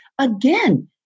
Again